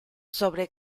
sobre